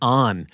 on